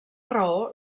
raó